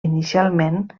inicialment